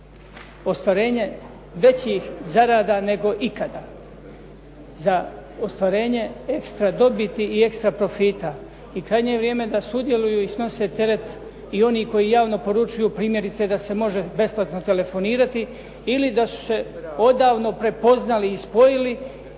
za ostvarenje većih zarada nego ikada, za ostvarenje ekstra dobiti i ekstra profita i krajnje je vrijeme da sudjeluju i snose teret i oni koji javno poručuju primjerice da se može besplatno telefonirati ili da su se odavno prepoznali i spojili,